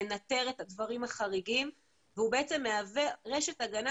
לנתר את הדברים החריגים והוא בעצם מהווה רשת הגנה